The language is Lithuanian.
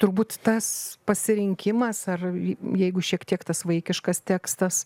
turbūt tas pasirinkimas ar jeigu šiek tiek tas vaikiškas tekstas